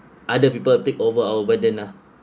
other people take over our burden lah